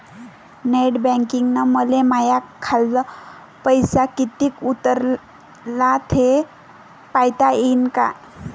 Net बँकिंगनं मले माह्या खाल्ल पैसा कितीक उरला थे पायता यीन काय?